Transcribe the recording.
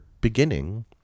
beginning